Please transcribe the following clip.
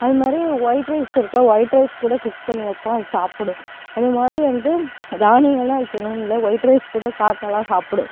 அதுமாதிரி ஒயிட் ரைஸ்ருக்குல ஒயிட் ரைஸ்கூட குக் பண்ணி வைப்போம் அது சாப்பிடும் அதுமாதிரி வந்து தானியங்கள்லாம் வைக்கிணுன்னு இல்லை ஒயிட் ரைஸ்கூட காக்காலாம் சாப்பிடும்